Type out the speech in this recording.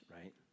right